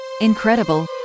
Incredible